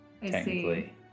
technically